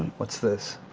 what's this?